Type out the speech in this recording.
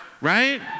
Right